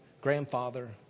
grandfather